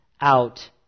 out